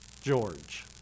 George